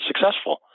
successful